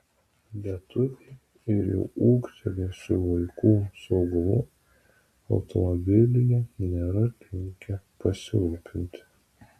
lietuviai ir jau ūgtelėjusių vaikų saugumu automobilyje nėra linkę pasirūpinti